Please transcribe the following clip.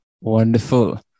wonderful